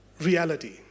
reality